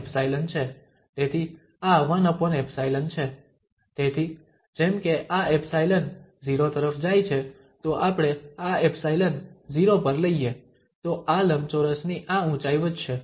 તેથી જેમ કે આ 𝜖 0 તરફ જાય છે જો આપણે આ 𝜖 0 પર લઈએ તો આ લંબચોરસની આ ઉંચાઈ વધશે